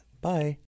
Bye